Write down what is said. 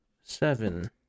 Seven